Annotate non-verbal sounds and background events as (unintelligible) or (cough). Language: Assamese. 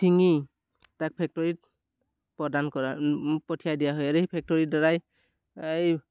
ছিঙি তাক ফেক্টৰীত প্ৰদান কৰা (unintelligible) পঠিয়াই দিয়া হয় আৰু এই ফেক্টৰীৰ দ্বাৰাই এই